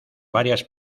varias